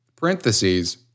Parentheses